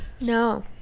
no